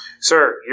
Sir